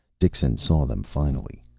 dixon saw them finally.